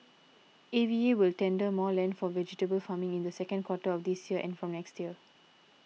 A V A will tender more land for vegetable farming in the second quarter of this year and from next year